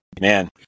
Man